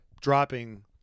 dropping